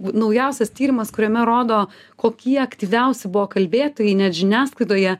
naujausias tyrimas kuriame rodo kokie aktyviausi buvo kalbėtojai net žiniasklaidoje